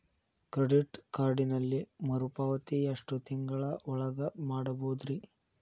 Credit ಕಾರ್ಡಿನಲ್ಲಿ ಮರುಪಾವತಿ ಎಷ್ಟು ತಿಂಗಳ ಒಳಗ ಮಾಡಬಹುದ್ರಿ?